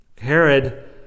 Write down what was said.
Herod